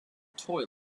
toy